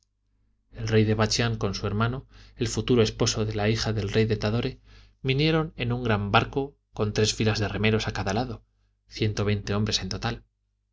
el rey de bachián con su hermano el futuro esposo de la hija del rey de tadore vinieron en un gran barco con tres filas de remeros a cada lado ciento veinte hombres en total